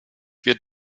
wird